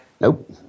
Nope